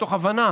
מתוך הבנה